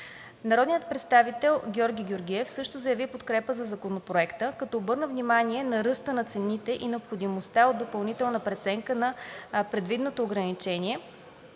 Народният представител Георги Георгиев също заяви подкрепа за Законопроекта, като обърна внимание на ръста на цените и необходимостта от допълнителна преценка на предвиденото ограничение